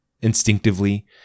Instinctively